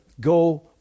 go